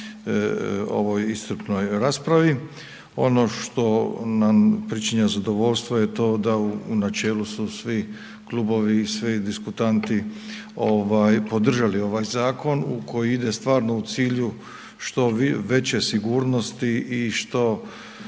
ovoj iscrpnoj raspravi. Ono što nam pričinja zadovoljstvo je to da u načelu su svi klubovi i svi diskutanti podržali ovaj zakon koji ide stvarno u cilju što veće sigurnosti i što